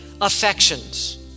affections